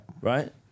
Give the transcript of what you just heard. Right